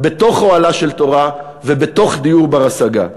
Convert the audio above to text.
בתוך אוהלה של תורה ובתוך דיור בר-השגה,